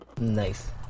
Nice